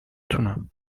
تونم